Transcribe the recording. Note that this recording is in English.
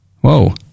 Whoa